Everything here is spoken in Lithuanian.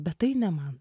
ir bet tai ne man